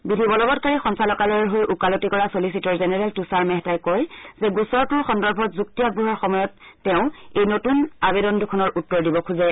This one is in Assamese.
বিধিবলবৎকাৰী সঞ্চালকালয়ৰ হৈ ওকালতি কৰা চলিচিটৰ জেনেৰেল তূষাৰ মেহতাই কয় যে গোচৰটো সন্দৰ্ভত যুক্তি আগবঢ়োৱাৰ সময়ত তেওঁ এই নতুন আবেদন দুখনৰ উত্তৰ দিব খোজে